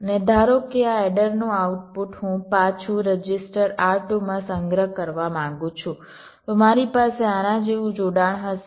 અને ધારો કે આ એડરનું આઉટપુટ હું પાછું રજીસ્ટર R2 માં સંગ્રહ કરવા માંગુ છું તો મારી પાસે આના જેવું જોડાણ હશે